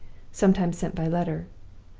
sometimes sent by letter.